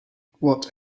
what